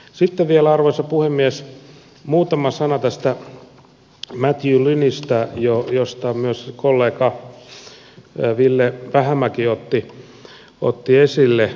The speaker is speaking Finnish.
siten vielä arvoisa puhemies muutama sana tästä matthew lynnistä jonka myös kollega ville vähämäki otti esille